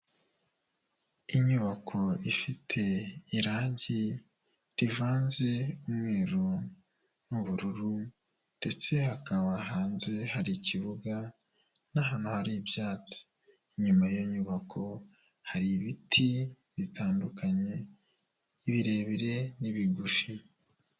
Inyubako ifite irangi rivanze umweru n'ubururu ndetse hakaba hanze hari ikibuga n'ahantu hari ibyatsi, inyuma y'inyubako hari ibiti bitandukanye birebire n'ibigufi.